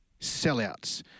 sellouts